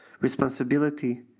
responsibility